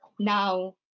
Now